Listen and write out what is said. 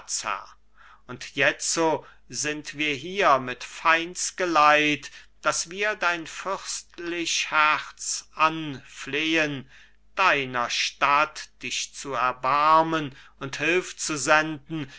und jetzo sind wir hier mit feinds geleit daß wir dein fürstlich herz anflehen deiner stadt dich zu erbarmen und hülf zu senden